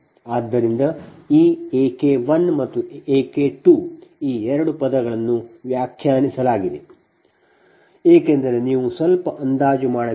ಆದ್ದರಿಂದ ಈ A K1 ಮತ್ತು A K2 ಈ ಎರಡು ಪದಗಳನ್ನು ವ್ಯಾಖ್ಯಾನಿಸಲಾಗಿದೆ ಏಕೆಂದರೆ ನೀವು ಸ್ವಲ್ಪ ಅಂದಾಜು ಮಾಡಬೇಕಾಗಿದೆ